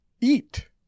eat